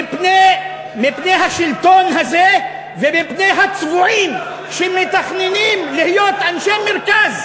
מפני השלטון הזה ומפני הצבועים שמתכננים להיות אנשי מרכז,